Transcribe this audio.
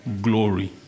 glory